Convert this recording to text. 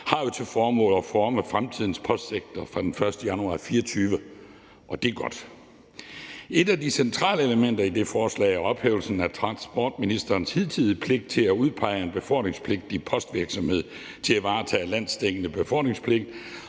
har til formål at forme fremtidens postsektor fra den 1. januar 2024, og det er godt. Et af de centrale elementer i det forslag er ophævelsen af transportministerens hidtidige pligt til at udpege en befordringspligtig postvirksomhed til at varetage landsdækkende befordringspligt.